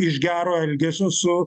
iš gero elgesio su